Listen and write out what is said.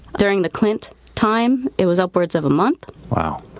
during the clint time, it was upwards of a month. wow.